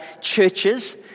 churches